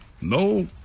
no